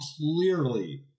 clearly –